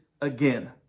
again